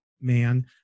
man